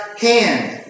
hand